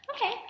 okay